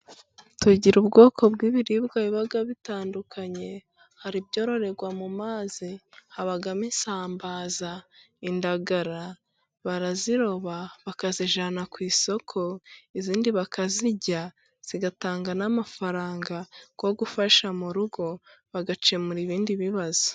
Tugira ubwoko bw'ibiribwa biba bitandukanye hari ibyororerwa mu mazi habamo:isambaza, indagara, baraziroba bakazijyana ku isoko, izindi bakazirya zigatanga n'amafaranga yo gufasha mu rugo bagakemura ibindi bibazo.